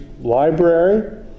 Library